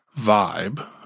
vibe